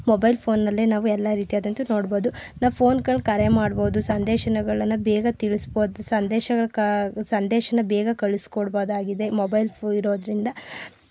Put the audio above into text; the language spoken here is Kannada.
ಮೊಬೈಲ್ ಫೋನಲ್ಲೇ ನಾವು ಎಲ್ಲ ರೀತಿಯಾದಂತು ನೋಡ್ಬೋದು ನಾವು ಫೋನ್ಗಳು ಕರೆ ಮಾಡ್ಬೋದು ಸಂದೇಶನಗಳನ್ನು ಬೇಗ ತಿಳಿಸ್ಬೋದು ಸಂದೇಶಗಳು ಸಂದೇಶನ ಬೇಗ ಕಳಿಸ್ಕೊಡ್ಬಹುದಾಗಿದೆ ಮೊಬೈಲ್ ಇರೋದ್ರಿಂದ